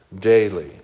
daily